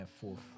fourth